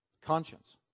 conscience